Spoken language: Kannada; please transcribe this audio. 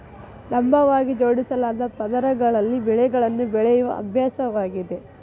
ಲಂಬವಾಗಿ ಜೋಡಿಸಲಾದ ಪದರಗಳಲ್ಲಿ ಬೆಳೆಗಳನ್ನು ಬೆಳೆಯುವ ಅಭ್ಯಾಸವಾಗಿದೆ